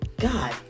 God